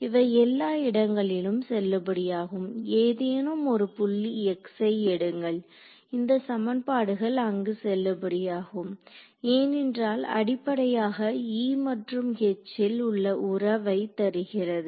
இவை எல்லா இடங்களிலும் செல்லுபடியாகும் ஏதேனும் ஒரு புள்ளி x ஐ எடுங்கள் இந்த சமன்பாடுகள் அங்கு செல்லுபடியாகும் ஏனென்றால் அடிப்படையாக E மற்றும் H ல் உள்ள உறவை தருகிறது